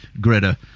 Greta